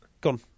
gone